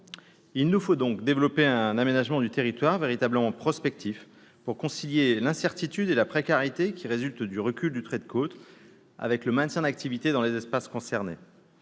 Il nous faut donc développer un aménagement du territoire véritablement prospectif pour concilier l'incertitude et la précarité qui résultent du recul du trait de côte, avec le maintien d'activités dans les espaces concernés.